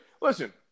listen